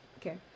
okay